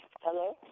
Hello